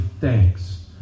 thanks